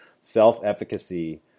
self-efficacy